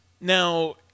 now